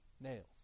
nails